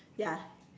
ya